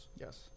Yes